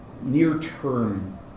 near-term